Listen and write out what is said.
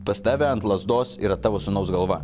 pas tave ant lazdos yra tavo sūnaus galva